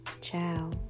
Ciao